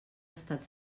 estat